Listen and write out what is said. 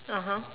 (uh huh)